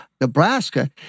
Nebraska